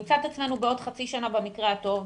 נמצא את עצמנו בעוד חצי שנה במקרה הטוב,